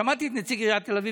שמעתי את נציג עיריית תל אביב,